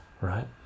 right